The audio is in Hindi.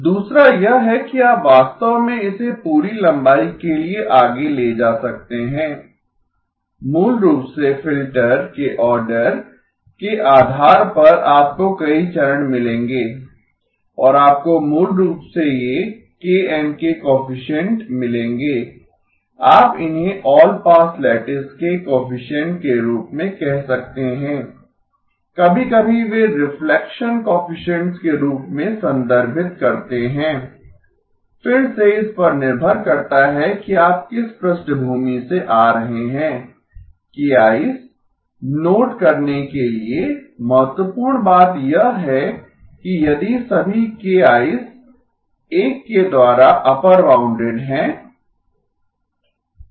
दूसरा यह है कि आप वास्तव में इसे पूरी लंबाई के लिए आगे ले जा सकते हैं मूल रूप से फ़िल्टर के ऑर्डर के आधार पर आपको कई चरण मिलेंगे और आपको मूल रूप से ये kN के कोएफिसिएन्ट मिलेंगें आप इन्हें ऑल पास लैटिस के कोएफिसिएन्ट के रूप में कह सकते हैं कभी कभी वे रीफ़लेक्सन कोएफिसिएन्ट्स के रूप में संदर्भित करते हैं फिर से इस पर निर्भर करता है कि आप किस पृष्ठभूमि से आ रहे हैं ki's नोट करने के लिए महत्वपूर्ण बात यह है कि यदि सभी ki's 1 के द्वारा अपर बाउंडेड हैं